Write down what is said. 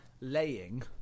Laying